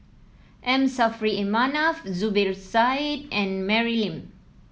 M Saffri A Manaf Zubir Said and Mary Lim